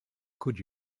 could